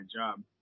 job